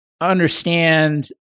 understand